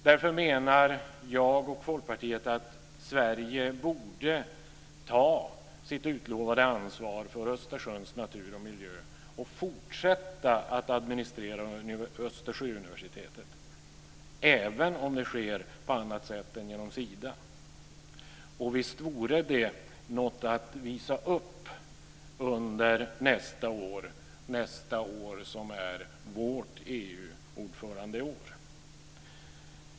Därför menar jag och Folkpartiet att Sverige borde ta sitt utlovade ansvar för Östersjöns natur och miljö och fortsätta att administrera Östersjöuniversitetet, även om det sker på annat sätt än genom Sida. Och visst vore det något att visa upp nästa år då vi har vårt EU-ordförandeskap!